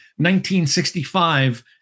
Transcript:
1965